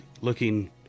looking